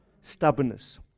stubbornness